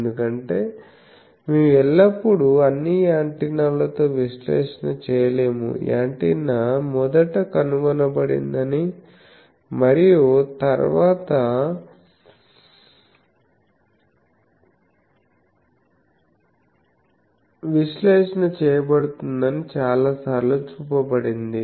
ఎందుకంటే మేము ఎల్లప్పుడూ అన్ని యాంటెన్నాలతో విశ్లేషణ చేయలేము యాంటెన్నా మొదట కనుగొనబడిందని మరియు తర్వాత విశ్లేషణ చేయబడుతుందని చాలాసార్లు చూపబడింది